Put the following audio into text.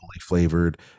flavored